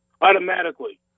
automatically